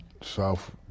south